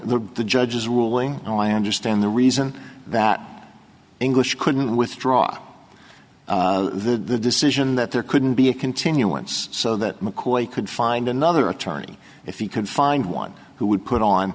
the judge's ruling oh i understand the reason that english couldn't withdraw the decision that there couldn't be a continuance so that mccoy could find another attorney if he can find one who would put on